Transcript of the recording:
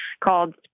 called